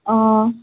অ